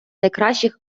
найкращих